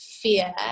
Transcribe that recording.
fear